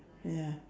ya